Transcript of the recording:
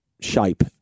shape